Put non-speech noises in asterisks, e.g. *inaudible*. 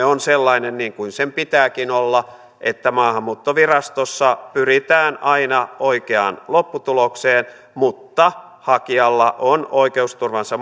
*unintelligible* on sellainen niin kuin sen pitääkin olla että maahanmuuttovirastossa pyritään aina oikeaan lopputulokseen mutta hakijalla on oikeusturvansa *unintelligible*